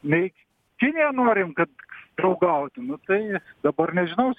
nei kinija norim kad draugautų nu tai dabar nežinau